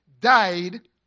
died